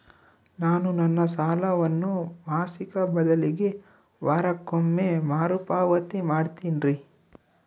ನಾನು ನನ್ನ ಸಾಲವನ್ನು ಮಾಸಿಕ ಬದಲಿಗೆ ವಾರಕ್ಕೊಮ್ಮೆ ಮರುಪಾವತಿ ಮಾಡ್ತಿನ್ರಿ